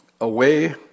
away